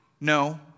No